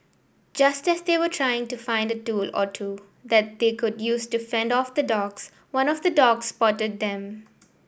just as they were trying to find a tool or two that they could use to fend off the dogs one of the dogs spotted them